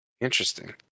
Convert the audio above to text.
Interesting